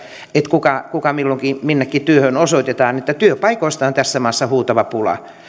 että kuka kuka milloinkin minnekin työhön osoitetaan työpaikoista on tässä maassa huutava pula